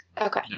Okay